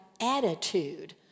attitude